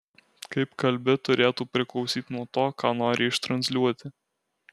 kaip kalbi turėtų priklausyt nuo to ką nori ištransliuoti